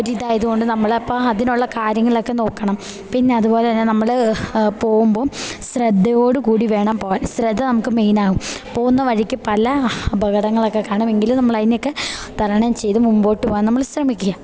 ഒരിതായത് കൊണ്ട് നമ്മൾ അപ്പം അതിന് ഉള്ള കാര്യങ്ങളൊക്കെ നോക്കണം പിന്നെ അതുപോലെ തന്നെ നമ്മൾ പോകുമ്പം ശ്രദ്ധയോടുകൂടി വേണം പോകാൻ ശ്രദ്ധ നമുക്ക് മെയിനാകും പോകുന്ന വഴിക്ക് പല അപകടങ്ങളൊക്കെ കാണുമെങ്കിൽ നമ്മൾ അതിനെ ഒക്കെ തരണം ചെയ്ത് മുമ്പോട്ട് പോകാൻ നമ്മൾ ശ്രമിക്കുക